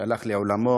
שהלך לעולמו